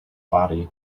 body